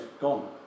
gone